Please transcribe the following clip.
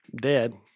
dead